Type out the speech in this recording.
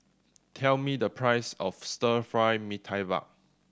tell me the price of Stir Fry Mee Tai Mak